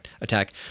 attack